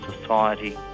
society